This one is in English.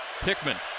Pickman